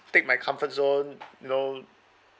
take my comfort zone you know